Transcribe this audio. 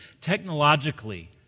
technologically